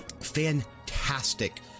Fantastic